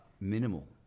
minimal